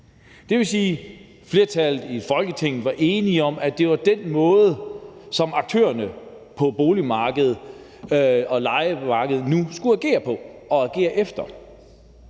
Det vil sige, at flertallet i Folketinget var enige om, at det var den måde, som aktørerne på boligmarkedet og lejemarkedet nu skulle agere på og agere efter.